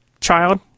child